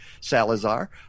Salazar